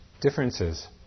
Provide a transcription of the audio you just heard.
differences